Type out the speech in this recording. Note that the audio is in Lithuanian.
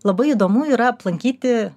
labai įdomu yra aplankyti